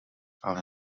ale